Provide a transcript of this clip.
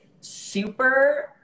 super